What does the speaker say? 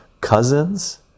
cousins